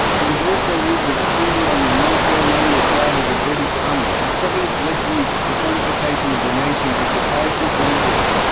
it is also used as a symbol on the non-ceremonial flag of the british army a second, less used, personification of the nation is the character john bull.